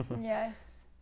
Yes